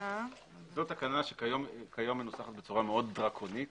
תקנה שכיום מנוסחת בצורה מאוד דרקונית